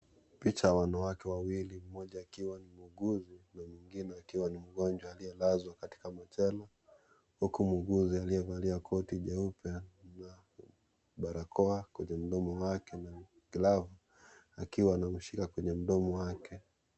picha ya wanawake wawili moja akiwa ni muuguzi mwingine akiwa ni mgonjwa aliyelazwa katika machela huku muuguzi aliyevalia koti jeupe na barakoa kwenye mdomo wake na glavu akiwa amemshika kwenye mdomo wake.